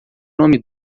nome